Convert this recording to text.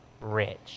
rich